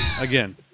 again